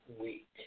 week